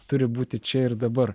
turi būti čia ir dabar